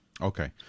Okay